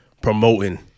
promoting